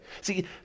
See